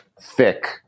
thick